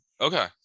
Okay